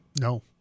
No